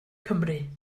cymru